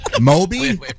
Moby